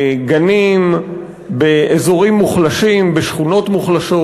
בגנים, באזורים מוחלשים, בשכונות מוחלשות.